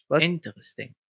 Interesting